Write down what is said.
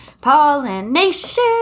Pollination